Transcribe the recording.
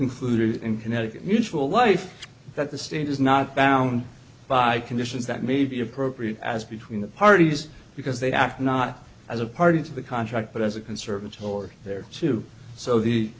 included in connecticut mutual life that the state is not bound by conditions that may be appropriate as between the parties because they act not as a party to the contract but as a conservatory there too so the